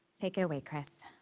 take it away, kris.